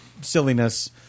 silliness